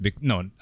No